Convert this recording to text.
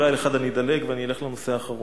אולי על אחד אני אדלג ואלך לנושא האחרון.